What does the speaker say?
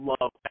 love